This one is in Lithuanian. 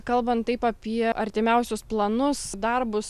kalbant taip apie artimiausius planus darbus